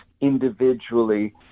individually